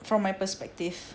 from my perspective